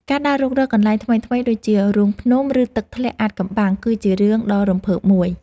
ការដើររុករកកន្លែងថ្មីៗដូចជា រូងភ្នំ ឬទឹកធ្លាក់អាថ៌កំបាំង គឺជារឿងដ៏រំភើបមួយ។